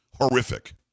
Horrific